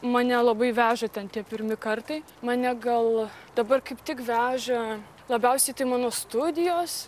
mane labai veža ten tie pirmi kartai mane gal dabar kaip tik veža labiausiai tai mano studijos